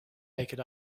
naked